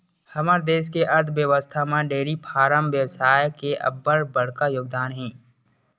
हमर देस के अर्थबेवस्था म डेयरी फारम बेवसाय के अब्बड़ बड़का योगदान हे